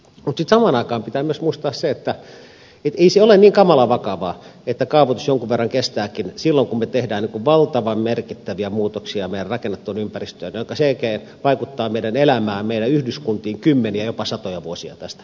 mutta samaan aikaan pitää myös muistaa se että ei se ole niin kamalan vakavaa että kaavoitus jonkun verran kestääkin silloin kun me teemme valtavan merkittäviä muutoksia meidän rakennettuun ympäristöömme joka sen jälkeen vaikuttaa meidän elämäämme meidän yhdyskuntiimme kymmeniä ja jopa satoja vuosia tästä eteenpäin